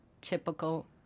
typical